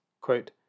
quote